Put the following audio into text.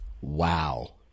Wow